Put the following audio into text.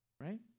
right